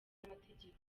n’amategeko